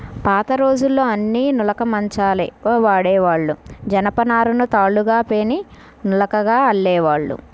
పాతరోజుల్లో అన్నీ నులక మంచాలే వాడేవాళ్ళు, జనపనారను తాళ్ళుగా పేని నులకగా అల్లేవాళ్ళు